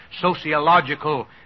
sociological